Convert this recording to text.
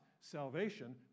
salvation